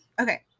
okay